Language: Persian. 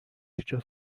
ایجاد